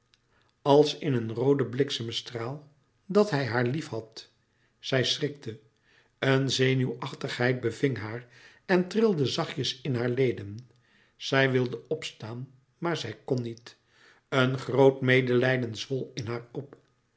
als in een rooden bliksemstraal dat hij haar liefhad zij schrikte een zenuwachtigheid beving haar en trilde zachtjes in haar leden zij wilde opstaan maar zij kon niet een groot medelijden zwol in haar op